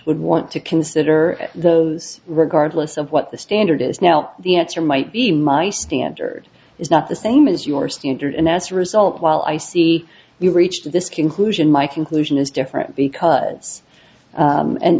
would want to consider those regardless of what the standard is now the answer might be my standard is not the same as your standard and as a result while i see you've reached this conclusion my conclusion is different because